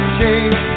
change